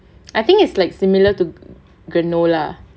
I think is like similar to granola